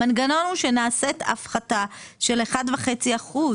המנגנון הוא שנעשית הפחתה של עד 1.5%,